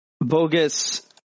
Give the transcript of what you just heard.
bogus